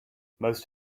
most